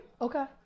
Okay